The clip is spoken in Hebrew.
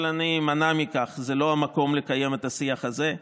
אבל אימנע מכך, זה לא המקום לקיים את השיח הזה.